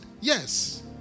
yes